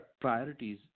priorities